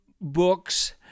books